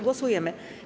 Głosujemy.